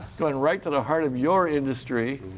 going right and heart of your industry.